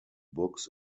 books